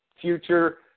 future